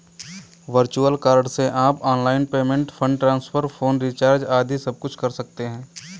virtual card से आप online payment, fund transfer, phone recharge आदि सबकुछ कर सकते हैं